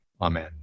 amen